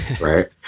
right